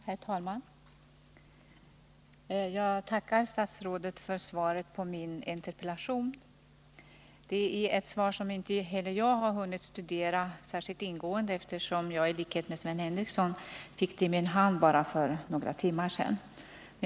Herr talman! Jag tackar kommunikationsministern för svaret på min interpellation. Det är ett svar som inte heller jag har hunnit studera ingående, eftersom jag liksom Sven Henricsson fick det i min hand för bara ett par timmar sedan.